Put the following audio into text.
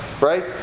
right